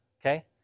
okay